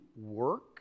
work